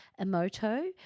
Emoto